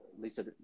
Lisa